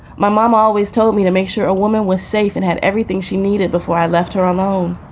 my mom always told me to make sure a woman was safe and had everything she needed before i left her alone.